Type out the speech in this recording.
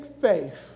faith